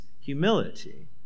humility